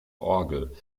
orgel